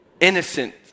innocent